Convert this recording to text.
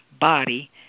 Body